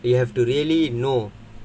you have to really know